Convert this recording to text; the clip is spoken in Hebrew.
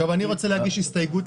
אני רוצה להגיש הסתייגות,